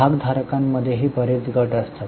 भागधारकांमध्येही बरेच गट असतात